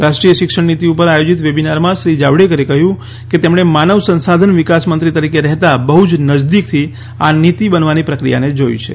રાષ્ટ્રીય શિક્ષણ નીતિ ઉપર આયોજિત વેબીનારમાં શ્રી જાવડેકરે કહ્યું કે તેમણે માનવ સંસાધન વિકાસમંત્રી તરીકે રહેતા બહ્ જ નજદીકથી આ નીતિ બનવાની પ્રક્રિયાને જોઈ છે